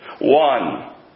One